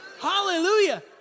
Hallelujah